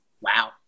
Wow